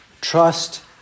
trust